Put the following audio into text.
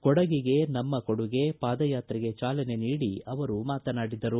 ಕೊಡಗಿಗೆ ನಮ್ಮ ಕೊಡುಗೆ ಪಾದಯಾತ್ರೆಗೆ ಚಾಲನೆ ನೀಡಿ ಅವರು ಮಾತನಾಡಿದರು